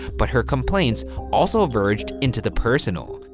but her complaints also verged into the personal.